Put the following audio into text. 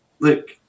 look